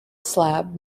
slab